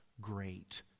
great